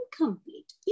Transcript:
incomplete